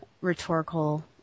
rhetorical